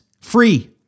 free